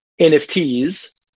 NFTs